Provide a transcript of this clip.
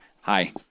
hi